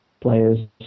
players